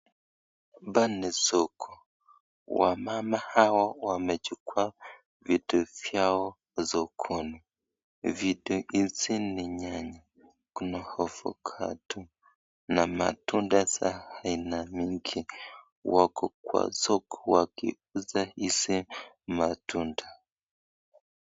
Hapa ni soko. Wamama hawa wamechukua vitu vyao sokoni. Vitu hizi ni nyanya, kuna avocado na matunda za aina mingi. Wako kwa soko wakiuza hizi matunda.